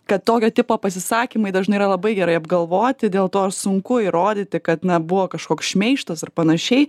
kad tokio tipo pasisakymai dažnai yra labai gerai apgalvoti dėl to ir sunku įrodyti kad na buvo kažkoks šmeižtas ar panašiai